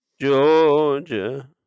Georgia